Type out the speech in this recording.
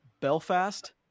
Belfast